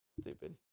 Stupid